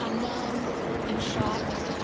um nom i'm shocked.